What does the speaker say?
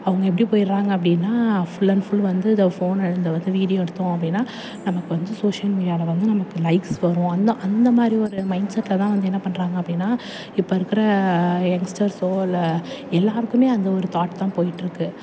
அவங்க எப்படி போயிடுறாங்க அப்படின்னா ஃபுல் அண்ட் ஃபுல் வந்து இந்த ஃபோனை இந்த வந்து வீடியோ எடுத்தோம் அப்படின்னா நமக்கு வந்து சோஷியல் மீடியாவில் வந்து நமக்கு லைக்ஸ் வரும் அந்த அந்த மாதிரி ஒரு மைண்ட்செட்டில் தான் வந்து என்ன பண்ணுறாங்க அப்படின்னா இப்போ இருக்கிற யங்ஸ்டர்ஸோ இல்லை எல்லாருக்கும் அந்த ஒரு தாட் தான் போயிட்டுருக்கு